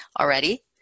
already